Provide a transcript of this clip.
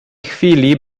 chwili